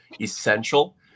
essential